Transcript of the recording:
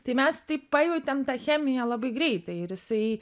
tai mes tai pajautėm tą chemiją labai greitai ir jisai